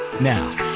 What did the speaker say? Now